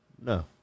No